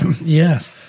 Yes